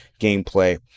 gameplay